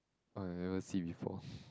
ah I never see before